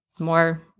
more